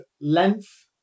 length